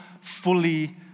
fully